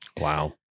Wow